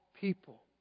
people